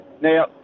Now